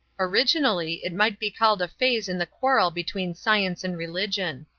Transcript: originally, it might be called a phase in the quarrel between science and religion.